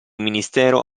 ministero